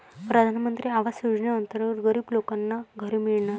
प्रधानमंत्री आवास योजनेअंतर्गत गरीब लोकांना घरे मिळणार